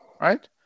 right